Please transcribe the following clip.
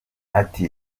ati